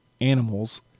animals